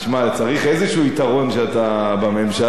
צריך איזה יתרון כשאתה בממשלה,